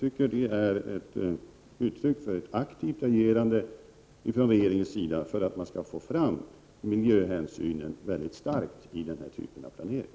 Detta är uttryck för ett aktivt agerande från regeringens sida för att starkt få fram miljöhänsyn i denna typ av planering.